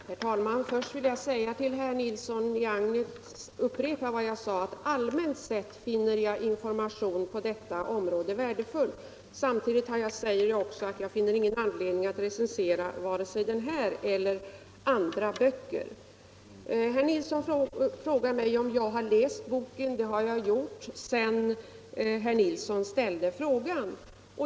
Herr talman! Först vill jag upprepa för herr Nilsson i Agnäs vad jag sagt, att jag allmänt sett finner information på detta område värdefull samtidigt som jag inte finner anledning att recensera vare sig den här boken eller andra. Herr Nilsson frågar mig om jag har läst boken. Det har jag gjort sedan herr Nilsson ställde sin fråga.